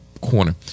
corner